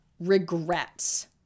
regrets